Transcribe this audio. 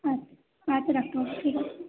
আ আচ্ছা ডাক্তারবাবু ঠিক আছে